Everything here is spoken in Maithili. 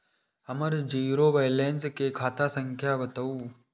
हमर जीरो बैलेंस के खाता संख्या बतबु?